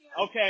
Okay